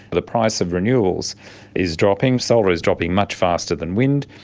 the price of renewables is dropping, solar is dropping much faster than wind.